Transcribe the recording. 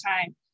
time